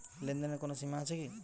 লেনদেনের কোনো সীমা আছে কি?